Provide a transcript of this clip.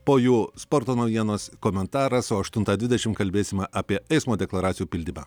po jų sporto naujienos komentaras o aštuntą dvidešim kalbėsime apie eismo deklaracijų pildymą